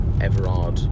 Everard